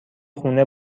خونه